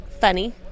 Funny